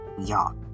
Y'all